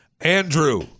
Andrew